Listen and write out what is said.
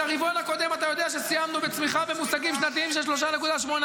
את הרבעון הקודם אתה יודע שסיימנו בצמיחה במושגים שנתיים של 3.8%?